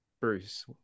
Bruce